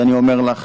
אז אני אומר לך,